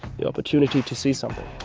the opportunity to see something.